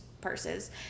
purses